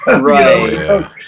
Right